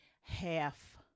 half